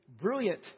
brilliant